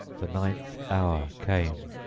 the ninth hour came.